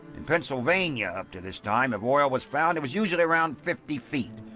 in pennsylvania, up to this time, if oil was found it was usually around fifty feet,